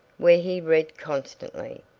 where he read constantly.